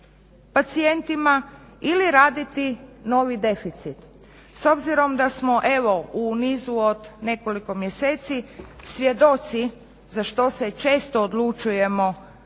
pacijentima ili raditi novi deficit. S obzirom da smo evo u nizu od nekoliko mjeseci svjedoci za što se četo odlučujemo